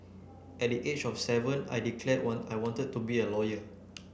at the age of seven I declared I wanted to be a lawyer